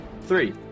Three